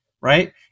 right